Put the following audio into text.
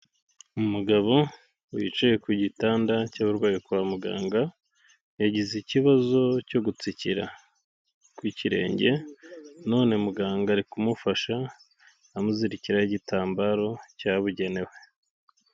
Umugabo wicaye ku gitanda cy'abarwayi kwa muganga, yagize ikibazo cyo gutsikira kwirenge none muganga ari kumufasha, amuzirikiraho igitambaro cyabugenewe.